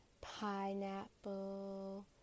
pineapple